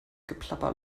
geplapper